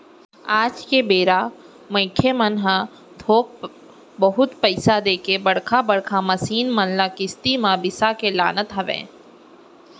आज के बेरा मनखे मन ह थोक बहुत पइसा देके बड़का बड़का मसीन मन ल किस्ती म बिसा के लानत हवय